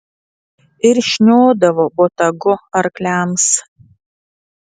ir šniodavo botagu arkliams